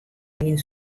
egin